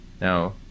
Now